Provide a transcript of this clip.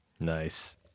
Nice